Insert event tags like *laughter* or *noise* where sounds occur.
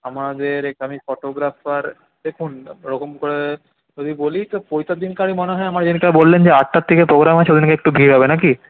আমাদের এখানে ফটোগ্রাফার দেখুন ঐরকম করে যদি বলি তো পৈতের দিনকারই মনে হয় *unintelligible* বললেন যে আটটা থেকে প্রোগ্রাম আছে ঐদিন একটু ভিড় হবে নাকি